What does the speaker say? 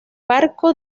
barco